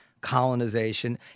colonization